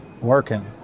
working